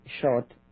short